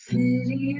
City